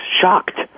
shocked